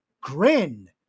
Grin